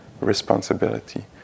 responsibility